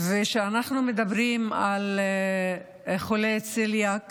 כשאנחנו מדברים על חולי צליאק